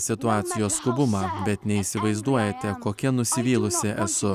situacijos skubumą bet neįsivaizduojate kokia nusivylusi esu